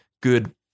good